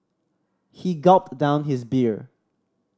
he gulped down his beer